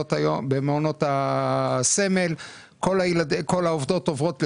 במעונות הסמל, כל העובדות עוברות לשם.